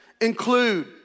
include